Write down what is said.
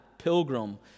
pilgrim